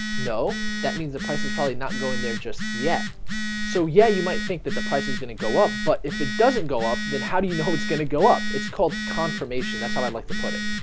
no that means the price is probably not going there just yet so yeah, you might think that the price is gonna go up, but if it doesn't go up then how do you know it's gonna go up. it's called confirmation. that's how i'd like to put it